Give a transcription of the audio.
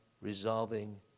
resolving